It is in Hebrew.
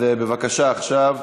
אז בבקשה, עכשיו.